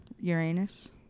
Uranus